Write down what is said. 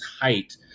height